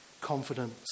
confidence